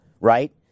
right